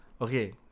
Okay